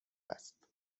است